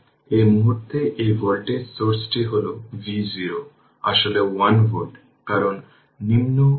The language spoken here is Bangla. সুতরাং মূলত কি হবে এবং এটি হল ix ix ix